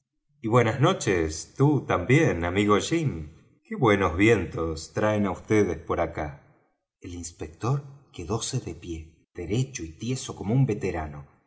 y buenas noches tú también amigo jim qué buenos vientos traen á vds por acá el inspector quedóse de pie derecho y tieso como un veterano